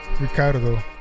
ricardo